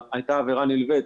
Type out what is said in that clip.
הייתה עבירה נלווית,